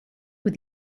with